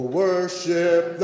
worship